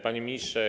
Panie Ministrze!